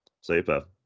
Super